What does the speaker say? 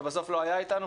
ובסוף לא היה איתנו.